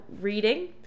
reading